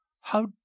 How